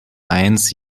eins